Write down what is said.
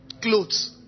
clothes